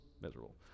miserable